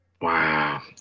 Wow